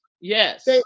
Yes